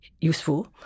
useful